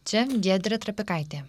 čia giedrė trapikaitė